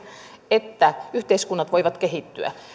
että yhteiskunnat voivat kehittyä